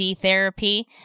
therapy